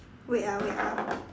wait ah wait ah